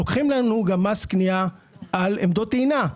לוקחים לנו גם מס קנייה על עמדות טעינה.